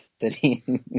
city